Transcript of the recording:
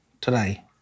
today